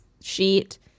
sheet